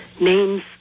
names